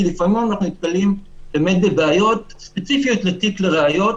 כי לפעמים אנחנו נתקלים באמת בבעיות ספציפיות לתיק לראיות.